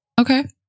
Okay